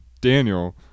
Daniel